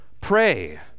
pray